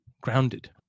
grounded